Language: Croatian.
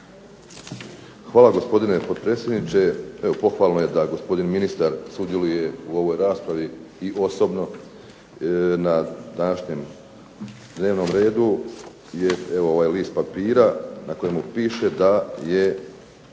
Hvala gospodine potpredsjedniče. Evo, pohvalno je da gospodin ministar sudjeluje u ovoj raspravi i osobno. Na današnjem dnevnom redu je evo ovaj list papira na kojem piše, da je